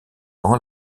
ans